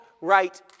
right